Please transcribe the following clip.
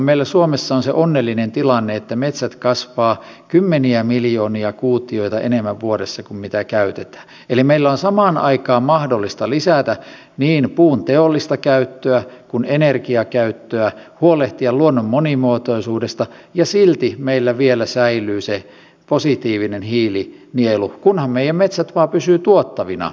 meillä suomessa on se onnellinen tilanne että metsät kasvavat kymmeniä miljoonia kuutioita enemmän vuodessa kuin mitä käytetään eli meillä on samaan aikaan mahdollista lisätä niin puun teollista käyttöä kuin energiakäyttöä huolehtia luonnon monimuotoisuudesta ja silti meillä vielä säilyy se positiivinen hiilinielu kunhan meidän metsämme vain pysyvät tuottavina jatkossakin